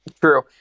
True